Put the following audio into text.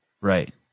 Right